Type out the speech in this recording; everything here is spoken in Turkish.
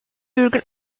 virgül